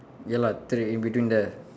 ya lah three in between there